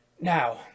Now